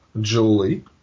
Julie